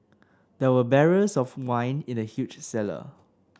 there were barrels of wine in the huge cellar